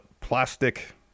plastic